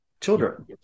children